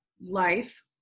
life